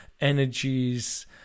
energies